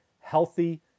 healthy